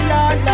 Lord